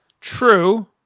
True